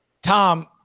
Tom